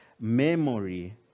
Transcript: memory